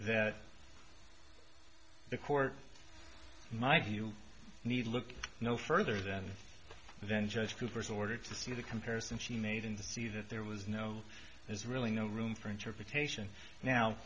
that the court in my view need look no further than then judge cooper's order to see the comparison she made in the see that there was no there's really no room for interpretation now